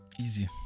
Easy